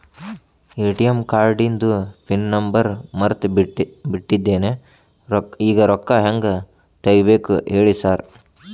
ATM ಕಾರ್ಡಿಂದು pin number ಮರ್ತ್ ಬಿಟ್ಟಿದೇನಿ ಈಗ ರೊಕ್ಕಾ ಹೆಂಗ್ ತೆಗೆಬೇಕು ಹೇಳ್ರಿ ಸಾರ್